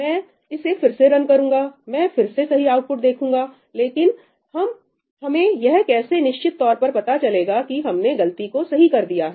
मैं इसे फिर से रन करूंगा मैं फिर से सही आउटपुट देखूंगा लेकिन हमें यह कैसे निश्चित तौर पर पता चलेगा कि हमने गलती को सही कर दिया है